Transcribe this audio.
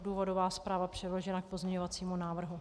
Důvodová zpráva je přiložena k pozměňovacímu návrhu.